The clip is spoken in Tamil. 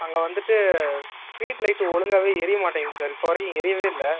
அங்கே வந்துவிட்டு ஸ்ட்ரீட் லைட்டு ஒழுங்காகவே ஏரியமாட்டேங்கிது சார் இப்போ வரைக்கும் ஏரியவே இல்லை